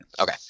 Okay